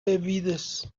bebidas